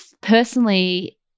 personally